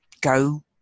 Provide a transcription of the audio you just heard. go